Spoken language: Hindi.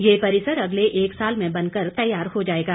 यह परिसर अगले एक साल में बन कर तैयार हो जाएगा